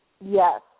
Yes